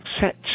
set